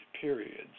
periods